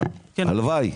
הלוואי,